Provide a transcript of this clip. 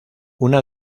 una